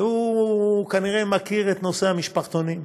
והוא כנראה מכיר את נושא המשפחתונים.